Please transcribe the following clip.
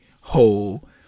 whole